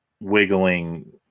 wiggling